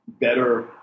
better